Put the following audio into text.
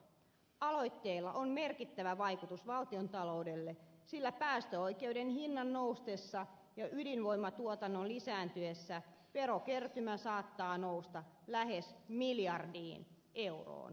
aloitteella on merkittävä vaikutus valtiontalouteen sillä päästöoikeuden hinnan noustessa ja ydinvoimatuotannon lisääntyessä verokertymä saattaa nousta lähes miljardiin euroon